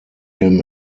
him